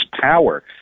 power